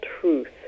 truth